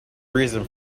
reason